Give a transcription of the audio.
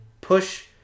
push